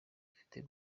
ufite